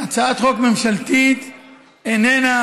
הצעת חוק ממשלתית איננה